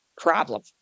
problem